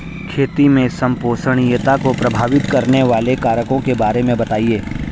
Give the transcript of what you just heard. खेती में संपोषणीयता को प्रभावित करने वाले कारकों के बारे में बताइये